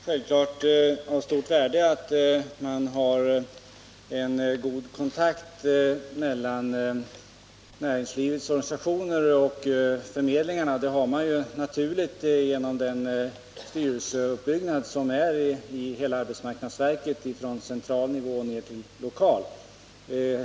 Herr talman! Det är självfallet av stort värde att det finns en god kontakt mellan näringslivets organisationer och förmedlingarna. På ett naturligt sätt föreligger en sådan kontakt genom styrelseuppbyggnaden i arbetsmarknadsverket, från central nivå ned till lokal nivå.